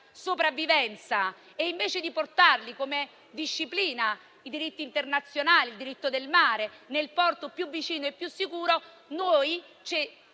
sopravvivenza e invece di portarli - come disciplinano i diritti internazionali e il diritto del mare - nel porto più vicino e più sicuro, li